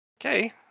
Okay